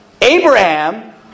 Abraham